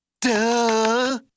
duh